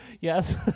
Yes